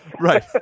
right